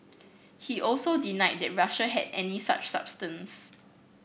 he also denied that Russia had any such substance